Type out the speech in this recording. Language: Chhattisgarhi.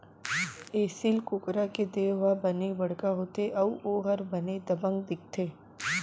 एसील कुकरा के देंव ह बने बड़का होथे अउ ओहर बने दबंग दिखथे